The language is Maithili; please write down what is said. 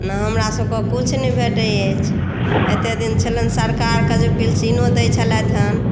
ने हमरा सभकेँ कुछ नहि भेटै अछि एते दिन छलै सरकारके जे पेंशीलो दै छलै हँ